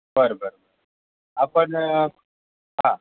बरं बरं आपण हां